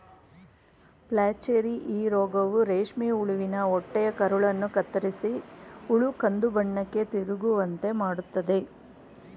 flacherie ಈ ರೋಗವು ರೇಷ್ಮೆ ಹುಳುವಿನ ಹೊಟ್ಟೆಯ ಕರುಳನ್ನು ಕತ್ತರಿಸಿ ಹುಳು ಕಂದುಬಣ್ಣಕ್ಕೆ ತಿರುಗುವಂತೆ ಮಾಡತ್ತದೆ